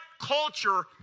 culture